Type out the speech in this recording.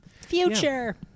Future